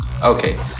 Okay